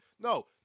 No